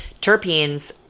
Terpenes